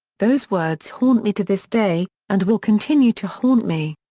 those words haunt me to this day, and will continue to haunt me.